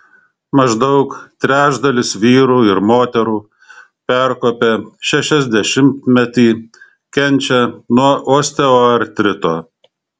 maždaug trečdalis vyrų ir moterų perkopę šešiasdešimtmetį kenčia nuo osteoartrito